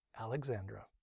Alexandra